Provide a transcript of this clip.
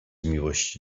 miłości